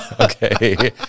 Okay